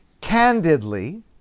Candidly